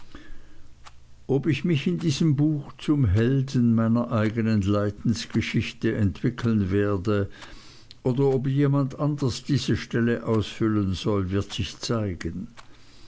ob ich mich in diesem buche zum helden meiner eignen leidensgeschichte entwickeln werde oder ob jemand anders diese stelle ausfüllen soll wird sich zeigen